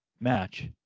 match